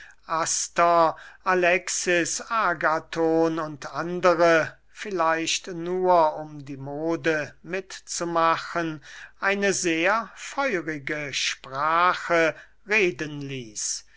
agathon u a vielleicht nur um die mode mit zu machen eine sehr feurige sprache reden ließ